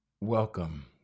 welcome